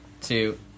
two